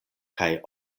kaj